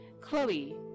Chloe